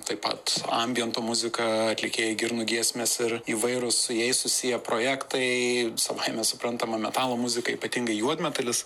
taip pat ambiento muzika atlikėjai girnų giesmės ir įvairūs su jais susiję projektai savaime suprantama metalo muzika ypatingai juodmedalis